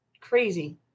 crazy